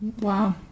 Wow